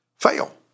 Fail